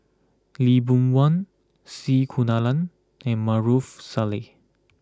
Lee Boon Wang C Kunalan and Maarof Salleh